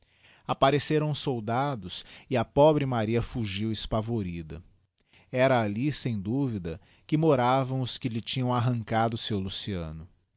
appareceram uns soldados e a pobre maria fugiu espavorida era alli sem duvida que moravam os que lhe tinham arrancado o seu luciano